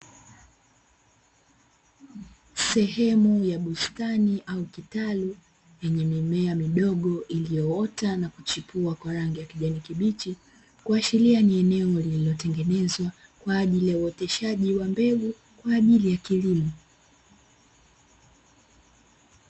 Sehemu ya bustani au kitalu yenye mimea midogo iliyoota na kuchipua kwa rangi ya kijani kibichi, kuashiria ni eneo lililotengenezwa kwa ajili ya uoteshaji wa mbegu kwa ajili ya kilimo.